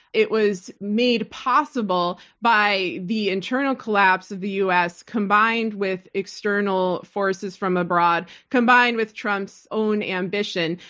it was made possible by the internal collapse of the us combined with external forces from abroad, combined with trump's own ambition.